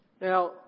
Now